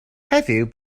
heddiw